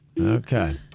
Okay